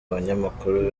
abanyamakuru